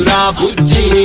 Rabuji